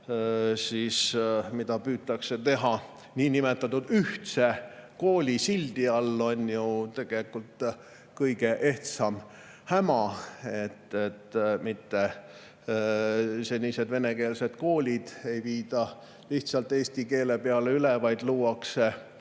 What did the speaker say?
mida püütakse teha niinimetatud ühtse kooli sildi all, on ju tegelikult kõige ehtsam häma. Mitte senised venekeelsed koolid ei viida lihtsalt eesti keelele üle, vaid luuakse